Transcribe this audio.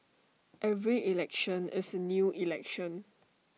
every election is new election